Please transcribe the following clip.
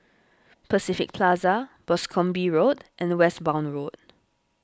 Pacific Plaza Boscombe Road and Westbourne Road